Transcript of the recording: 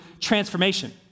transformation